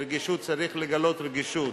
ורגישות,